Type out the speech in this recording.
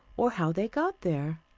or how they got there.